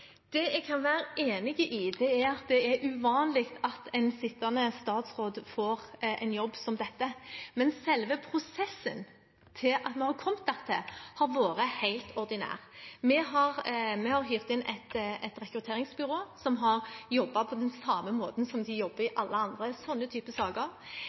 Det jeg kan være enig i, er at det er uvanlig at en sittende statsråd får en jobb som dette. Men selve prosessen til at vi kom dit, har vært helt ordinær. Vi har hyret inn et rekrutteringsbyrå som har jobbet på den samme måten som de jobber på i alle andre sånne typer saker.